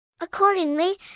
Accordingly